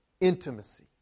intimacy